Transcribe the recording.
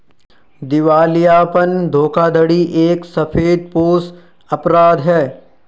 दिवालियापन धोखाधड़ी एक सफेदपोश अपराध है